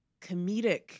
comedic